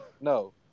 No